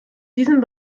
diesem